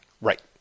Right